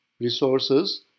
resources